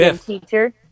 teacher